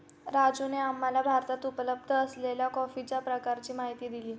राजूने आम्हाला भारतात उपलब्ध असलेल्या कॉफीच्या प्रकारांची माहिती दिली